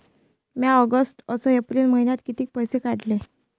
म्या ऑगस्ट अस एप्रिल मइन्यात कितीक पैसे काढले?